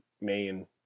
main